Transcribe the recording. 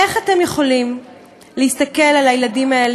איך אתם יכולים להסתכל על הילדים האלה,